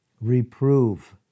reprove